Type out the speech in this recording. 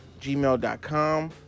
gmail.com